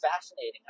fascinating